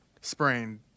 sprained